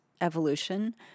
evolution